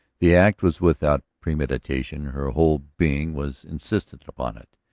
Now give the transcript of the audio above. the act was without premeditation her whole being was insistent upon it.